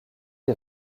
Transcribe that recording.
des